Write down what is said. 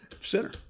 Center